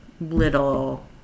little